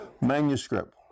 Manuscript